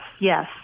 yes